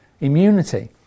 immunity